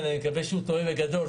ד"ר, אני מקווה שאתה טועה בגדול.